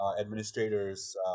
administrators